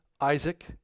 Isaac